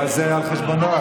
אבל זה על חשבונו.